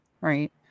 right